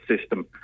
system